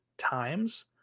times